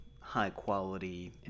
high-quality